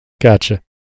Gotcha